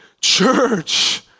church